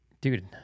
dude